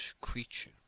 creature